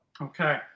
okay